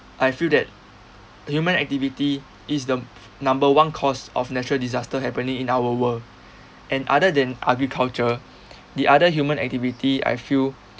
I feel that human activity is the number one cause of natural disasters happening in our world and other than agriculture the other human activity I feel